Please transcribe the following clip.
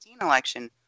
election